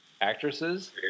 Actresses